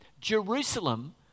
Jerusalem